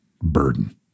burden